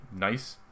nice